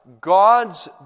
God's